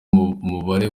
umubare